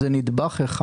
שהן נדבך אחד.